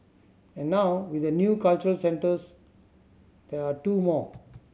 and now with the new cultural centres there are two more